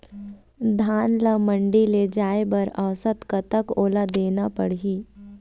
धान ला मंडी ले जाय बर औसत कतक ओल रहना हे?